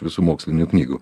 visų mokslinių knygų